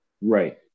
Right